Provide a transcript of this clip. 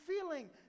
feeling